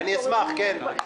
אני אשמח, כן.